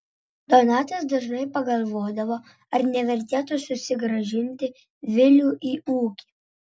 donatas dažnai pagalvodavo ar nevertėtų susigrąžinti vilių į ūkį